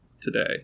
today